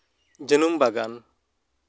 ᱡᱟᱹᱱᱩᱱ ᱵᱟᱜᱟᱱ